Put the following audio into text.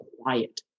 quiet